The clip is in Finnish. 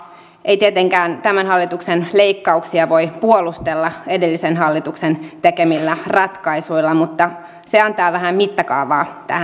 ei tietenkään tämän hallituksen leikkauksia voi puolustella edellisen hallituksen tekemillä ratkaisuilla mutta ne antavat vähän mittakaavaa tähän keskusteluun